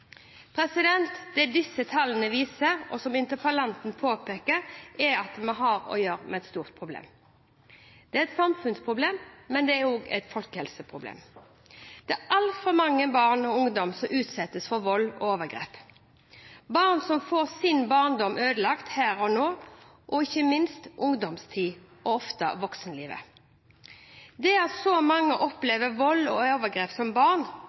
Det disse tallene viser, og som interpellanten påpeker, er at vi har å gjøre med et stort problem. Det er et samfunnsproblem, og det er også et folkehelseproblem. Det er altfor mange barn og ungdom som utsettes for vold og overgrep – barn som får sin barndom ødelagt her og nå, og ikke minst ungdomstid og ofte voksenliv. Det at så mange opplever vold og overgrep som barn,